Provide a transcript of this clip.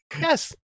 yes